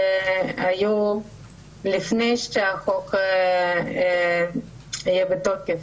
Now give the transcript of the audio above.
שהיו לפני שהחוק יהיה בתוקף,